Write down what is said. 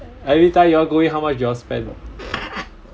every time you all go in how much you all spend